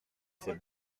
ses